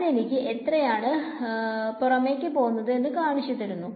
അത് എനിക്ക് എത്രയാണ് പുറമേക്ക് പോവുന്നത് എന്നു കാണിച്ചു തരുന്നു